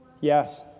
Yes